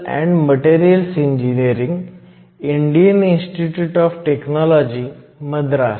हे असाइनमेंट 5 आहे